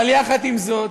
אבל יחד עם זאת,